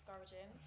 discouraging